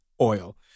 oil